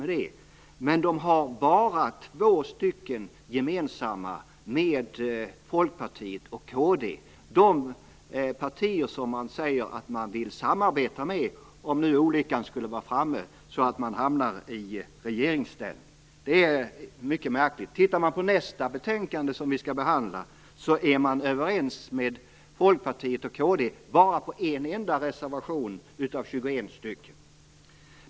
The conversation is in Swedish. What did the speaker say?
Men Moderaterna har bara två gemensamma med Folkpartiet och kd, de partier man säger att man vill samarbeta med, om nu olyckan skulle vara framme så att man hamnar i regeringsställning. Det är mycket märkligt. Tittar man på nästa betänkande som vi skall behandla är Moderaterna överens med Folkpartiet och kd bara om en enda reservation av 21.